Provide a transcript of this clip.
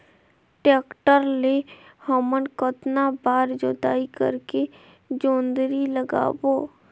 Tractor ले हमन कतना बार जोताई करेके जोंदरी लगाबो?